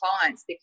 clients